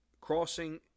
crossing